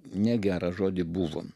negerą žodį buvo